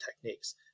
techniques